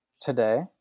Today